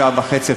שעה וחצי,